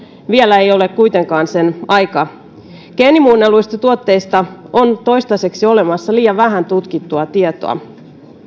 vielä ei ole kuitenkaan sen aika geenimuunnelluista tuotteista on toistaiseksi olemassa liian vähän tutkittua tietoa